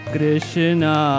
Krishna